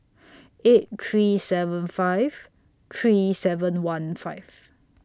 eight three seven five three seven one five